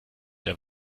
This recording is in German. der